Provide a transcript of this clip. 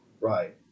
Right